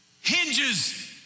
hinges